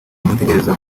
nitegereza